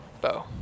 bow